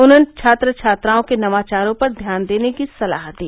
उन्होंने छात्र छात्राओं के नवाचारो पर ध्यान देने की सलाह दी